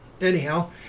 anyhow